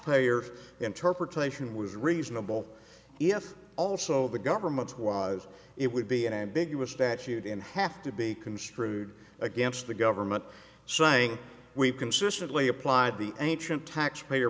payer interpretation was reasonable if also the government was it would be an ambiguous statute in half to be construed against the government saying we consistently applied the ancient taxpayer